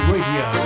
Radio